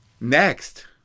Next